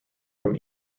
from